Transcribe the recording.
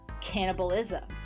cannibalism